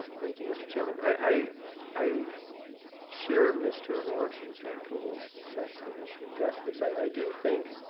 thank you mr. chairman i i share mr. lawrence, and mr. ankuma's sense that we should address this. i do think